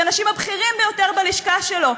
שהאנשים הבכירים ביותר בלשכה שלו,